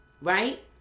right